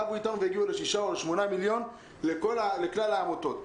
רבו אתנו והגיעו לשישה או שמונה מיליון לכלל העמותות.